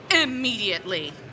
immediately